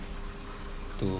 to